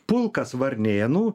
pulkas varnėnų